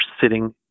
sitting